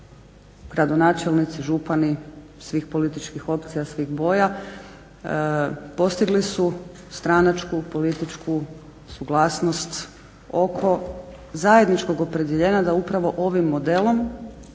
gradonačelnici, župani svih političkih opcija, svih boja, postigli su stranačku političku suglasnost oko zajedničkog opredjeljenja da upravo ovim modelom